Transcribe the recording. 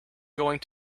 going